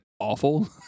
awful